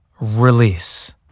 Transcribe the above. release